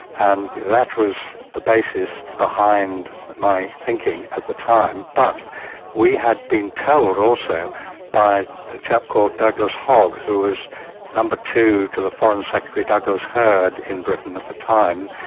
and that was the basis behind my thinking at the time. but we had been told also by a chap called douglas hogg who was no. two to the foreign secretary, douglas hird in britain at the time,